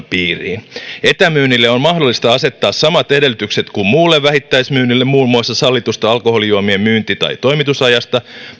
piiriin etämyynnille on mahdollista asettaa samat edellytykset kuin muulle vähittäismyynnille muun muassa sallitusta alkoholijuomien myynti tai toimitusajasta